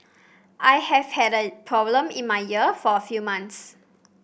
I have had a problem in my ear for a few months